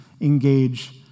engage